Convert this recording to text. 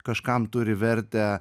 kažkam turi vertę